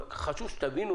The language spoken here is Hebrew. אבל חשוב שתבינו,